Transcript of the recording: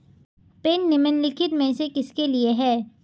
Pin निम्नलिखित में से किसके लिए है?